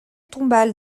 tombale